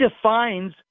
defines